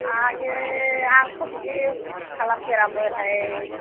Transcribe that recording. आयै आंथ' बिदि खालाम फेरामोनहाय